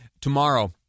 Tomorrow